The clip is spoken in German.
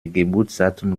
geburtsdatum